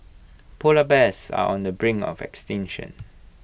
Polar Bears are on the brink of extinction